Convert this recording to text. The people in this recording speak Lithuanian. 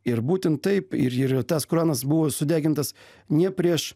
ir būtent taip ir ir tas koranas buvo sudegintas ne prieš